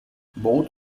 both